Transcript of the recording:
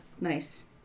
nice